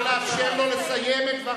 אני מוכרח לקרוא לך חבר הכנסת,